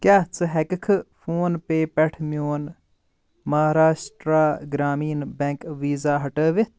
کیٛاہ ژٕ ہٮ۪ککھٕ فون پے پٮ۪ٹھ میون مہاراشٹرٛا گرٛامیٖن بیٚنٛک ویٖزا ہٹٲوِتھ؟